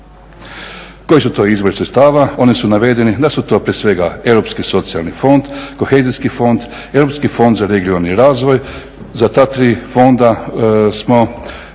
Koji su to izvori sredstava? Oni su navedeni da su to prije svega Europski socijalni fond, Kohezijski fond, Europski fond za regionalni razvoj. Za ta tri fonda smo